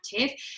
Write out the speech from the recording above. active